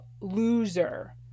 loser